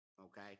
okay